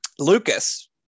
Lucas